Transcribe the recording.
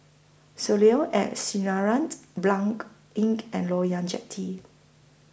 Soleil ad Sinarans Blanc Inn and Loyang Jetty